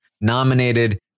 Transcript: nominated